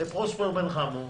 לפרוספר בן חמו,